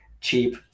cheap